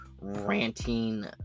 ranting